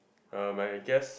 you are my guest